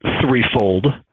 threefold